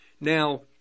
Now